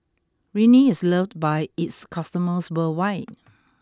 Rene is loved by its customers worldwide